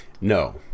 No